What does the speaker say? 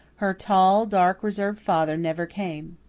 her tall, dark, reserved father never came.